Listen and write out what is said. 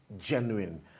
genuine